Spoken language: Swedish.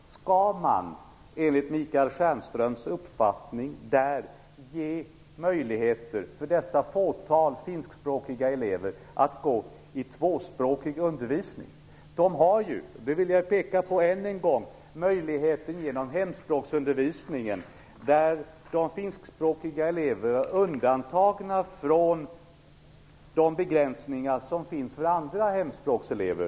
Skall man enligt Michael Stjernströms uppfattning ge möjligheter för dessa fåtal finskspråkiga elever att gå i tvåspråkig undervisning? De har ju, det vill jag peka på än en gång, möjligheter att ta del av hemspråksundervisning. De finskspråkiga eleverna är också undantagna från de begränsningar som gäller för andra hemspråkselever.